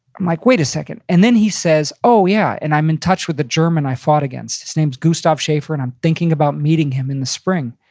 i'm like, wait a second. and then he says, oh yeah, and i'm in touch with the german i fought against. his name's gustav schaefer, and i'm thinking about meeting him in the spring.